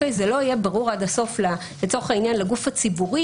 זה לא יהיה ברור עד הסוף לצורך העניין לגוף הציבורי